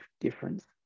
difference